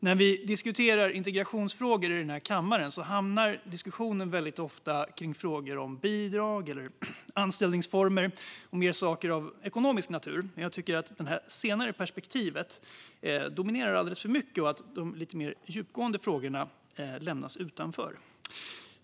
När vi här i kammaren diskuterar integrationsfrågor hamnar diskussionen väldigt ofta i frågor av ekonomisk natur, såsom bidrag eller anställningsformer. Jag tycker att detta perspektiv dominerar alldeles för mycket och att de mer djupgående frågorna lämnas utanför.